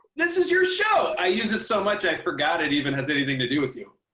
this is your show! i use it so much, i forgot it even has anything to do with you.